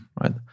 right